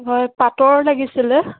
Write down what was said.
হয় পাটৰ লাগিছিল